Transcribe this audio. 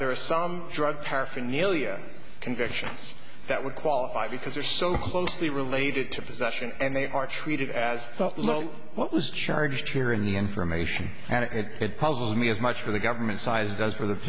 there are some drug paraphernalia convictions that would qualify because they're so closely related to possession and they are treated as not know what was charged here in the information and it puzzles me as much for the government size does for the